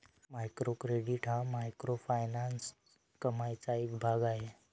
micro credit हा microfinance कमाईचा एक भाग आहे